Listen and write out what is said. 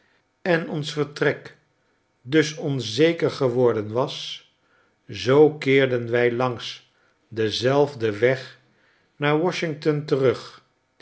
en onsvertrek dusonzeker geworden was zoo keerden wij langs denzelfden weg naar washington terug